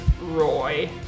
Roy